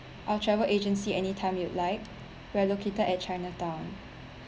our travel agency anytime you'd like we're located at chinatown